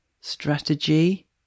strategy